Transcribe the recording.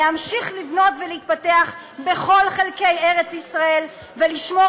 להמשיך לבנות ולהתפתח בכל חלקי ארץ-ישראל ולשמור